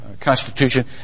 Constitution